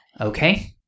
Okay